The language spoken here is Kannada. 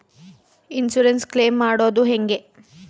ಇನ್ಸುರೆನ್ಸ್ ಕ್ಲೈಮ್ ಮಾಡದು ಹೆಂಗೆ?